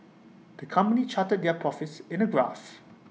the company charted their profits in A graph